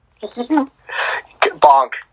Bonk